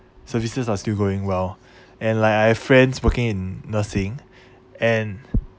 services are still going well and like I have friends working in nursing and